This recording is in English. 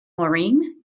maureen